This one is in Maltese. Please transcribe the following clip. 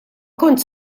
kontx